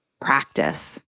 practice